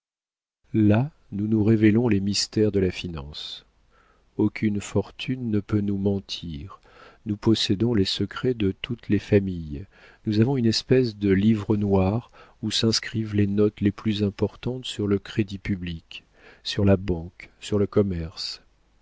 là nous nous révélons les mystères de la finance aucune fortune ne peut nous mentir nous possédons les secrets de toutes les familles nous avons une espèce de livre noir où s'inscrivent les notes les plus importantes sur le crédit public sur la banque sur le commerce